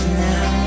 now